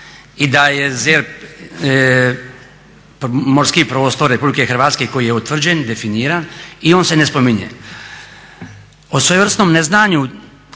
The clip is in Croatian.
i da je ZERP morski prostor RH koji je utvrđen, definiran i on se ne spominje. O svojevrsnom neznanju